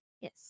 Yes